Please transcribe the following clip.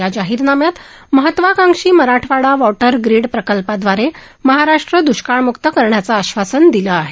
या जाहीरमान्यात महत्वाकांक्षी मराठवाडा वॉटर ग्रीड प्रकल्पाद्वारे महाराष्ट्र दुष्काळमुक्त करण्याचं आश्वासन दिलं आहे